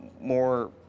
more